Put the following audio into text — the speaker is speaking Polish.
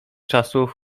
czasów